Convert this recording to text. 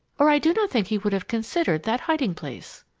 or i do not think he would have considered that hiding-place.